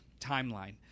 timeline